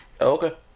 Okay